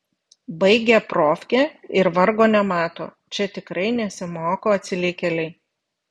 baigia profkę ir vargo nemato čia tikrai nesimoko atsilikėliai